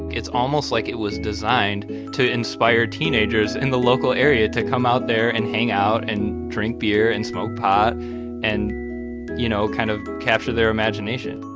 it's almost like it was designed to inspire teenagers in the local area to come out there and hang out and drink beer and smoke pot and you know, kind of capture their imagination